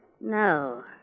No